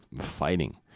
fighting